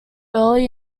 early